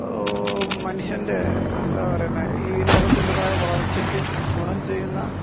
മനുഷ്യൻ്റെ എന്താ പറയുന്നത് ഈ ലോകത്തിൻറ്റേതായ വളർച്ചയ്ക്ക് ഗുണം ചെയ്യുന്ന